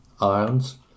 irons